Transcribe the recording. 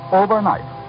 overnight